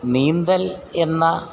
നീന്തൽ എന്ന